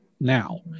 now